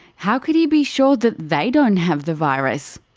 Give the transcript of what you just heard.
how could he be sure that they don't have the virus?